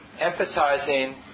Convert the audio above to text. emphasizing